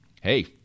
hey